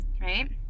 Right